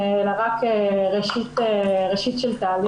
אלא רק ראשית של תהליך.